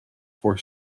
for